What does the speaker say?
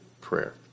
prayer